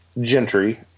gentry